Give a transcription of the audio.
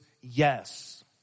yes